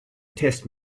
test